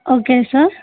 okay sir